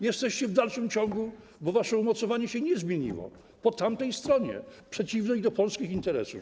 Jesteście w dalszym ciągu, bo wasze umocowanie się nie zmieniło, po tamtej stronie, przeciwnej do polskich interesów.